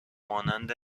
مانند